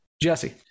Jesse